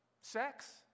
Sex